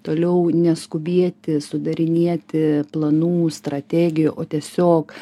toliau neskubėti sudarinėti planų strategijų o tiesiog